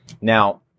Now